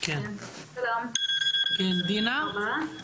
דינה, בבקשה.